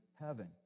heaven